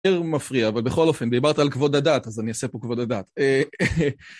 ...מפריע, אבל בכל אופן, דיברת על כבוד הדת, אז אני אעשה פה כבוד הדת.